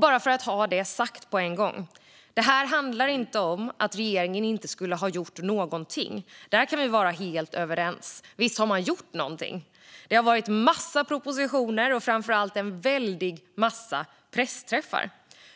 Bara för att ha det sagt på en gång: Det här handlar inte om att regeringen inte skulle ha gjort någonting. Där kan vi vara helt överens: Visst har man gjort någonting! Det har varit en massa propositioner och framför allt en väldig massa pressträffar.